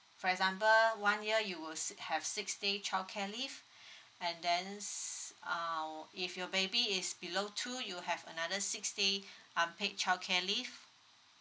for example one year you will si~ have six day childcare leave and then s~ uh if your baby is below two you have another six day unpaid childcare leave